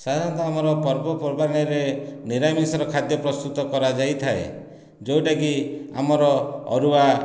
ସାଧାରଣତଃ ଆମର ପର୍ବପର୍ବାଣିରେ ନିରାମିଷର ଖାଦ୍ୟ ପ୍ରସ୍ତୁତ କରା ଯାଇଥାଏ ଯେଉଁଟାକି ଆମର ଅରୁଆ